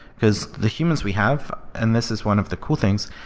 because the humans we have and this is one of the cool things,